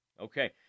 Okay